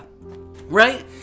right